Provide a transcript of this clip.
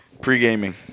Pre-gaming